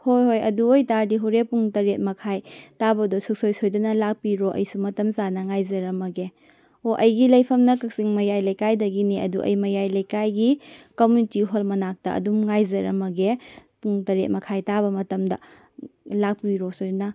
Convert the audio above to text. ꯍꯣꯏ ꯍꯣꯏ ꯑꯗꯨ ꯑꯣꯏꯕꯇꯥꯔꯗꯤ ꯍꯣꯔꯦꯟ ꯄꯨꯡ ꯇꯔꯦꯠ ꯃꯈꯥꯏ ꯇꯥꯕꯗ ꯁꯨꯡꯁꯣꯏ ꯁꯣꯏꯗꯅ ꯂꯥꯛꯄꯤꯔꯣ ꯑꯩꯁꯨ ꯃꯇꯝ ꯆꯥꯅ ꯉꯥꯏꯖꯔꯝꯃꯒꯦ ꯑꯣ ꯑꯩꯒꯤ ꯂꯩꯐꯝꯅ ꯀꯛꯆꯤꯡ ꯃꯌꯥꯏ ꯂꯩꯀꯥꯏꯗꯒꯤꯅꯤ ꯑꯗꯨ ꯑꯩ ꯃꯌꯥꯏ ꯂꯩꯀꯥꯏꯒꯤ ꯀꯃ꯭ꯌꯨꯅꯤꯇꯤ ꯍꯣꯜ ꯃꯅꯥꯛꯇ ꯑꯗꯨꯝ ꯉꯥꯏꯖꯔꯝꯃꯒꯦ ꯄꯨꯡ ꯇꯔꯦꯠ ꯃꯈꯥꯏ ꯇꯥꯕ ꯃꯇꯝꯗ ꯂꯥꯛꯄꯤꯔꯣ ꯁꯣꯏꯗꯅ